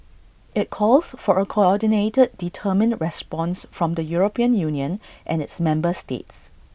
IT calls for A coordinated determined response from the european union and its member states